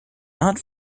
not